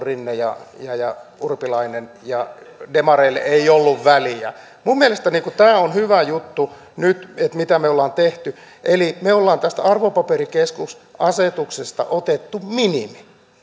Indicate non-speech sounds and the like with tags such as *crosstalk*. *unintelligible* rinne ja ja urpilainen ja demareille ei ollut väliä minun mielestäni tämä on hyvä juttu mitä me me olemme nyt tehneet me olemme tästä arvopaperikeskusasetuksesta ottaneet minimin